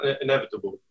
inevitable